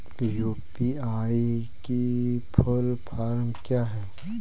UPI की full form क्या है?